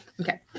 Okay